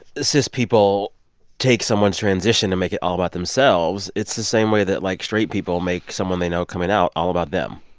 cis people take someone's transition and make it all about themselves. it's the same way that, like, straight people make someone they know coming out all about them